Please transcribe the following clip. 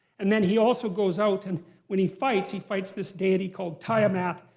and then he also goes out and when he fights, he fights this deity called tiamat.